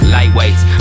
Lightweights